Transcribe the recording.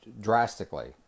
drastically